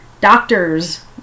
doctors